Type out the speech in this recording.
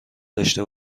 داشته